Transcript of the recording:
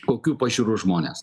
kokių pažiūrų žmonės